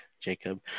Jacob